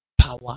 power